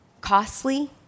Costly